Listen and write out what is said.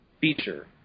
feature